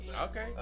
Okay